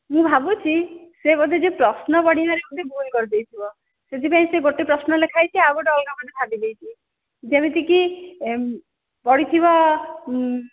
ମୁଁ ଭାବୁଛି ସେ ବୋଧେ ଯେ ପ୍ରଶ୍ନ ପଢ଼ିବାରେ ବୋଧେ ଭୁଲ୍ କରିଦେଇଥିବ ସେଥିପାଇଁ ସେ ଗୋଟେ ପ୍ରଶ୍ନ ଲେଖାହୋଇଛି ଆଉ ଗୋଟେ ଅଲଗା ବୋଧେ ଭାବି ଦେଇଛି ଯେମିତିକି ପଢ଼ିଥିବ